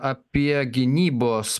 apie gynybos